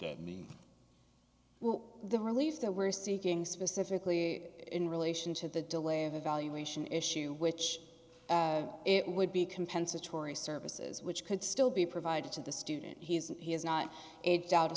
that mean well the release that we're seeking specifically in relation to the delay of the valuation issue which it would be compensatory services which could still be provided to the student he is he has not aged out o